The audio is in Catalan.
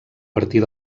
partir